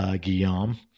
Guillaume